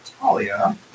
Talia